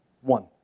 One